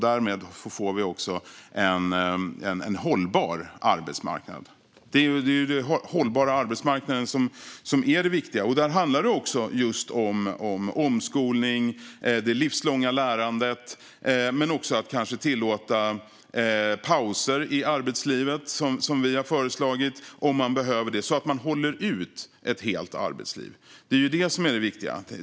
Därmed får vi också en hållbar arbetsmarknad. Det är ju den hållbara arbetsmarknaden som är det viktiga. Där handlar det också om omskolning, det livslånga lärandet, men också om att kanske tillåta pauser i arbetslivet, så som vi har föreslagit, om man behöver det så att man håller ut ett helt arbetsliv. Det är ju det som är det viktiga.